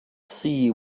see